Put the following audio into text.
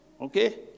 Okay